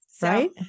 Right